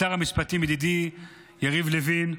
לשר המשפטים, ידידי יריב לוין,